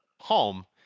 home